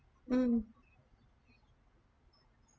mm